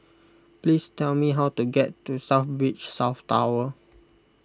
please tell me how to get to South Beach South Tower